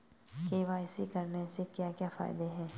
KYC करने के क्या क्या फायदे हैं?